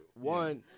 one